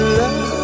love